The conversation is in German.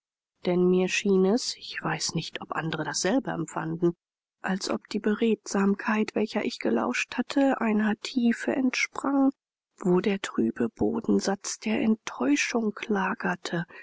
denn mir schien es ich weiß nicht ob andere dasselbe empfanden als ob die beredsamkeit welcher ich gelauscht hatte einer tiefe entsprang wo der trübe bodensatz der enttäuschung lagerte